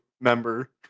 member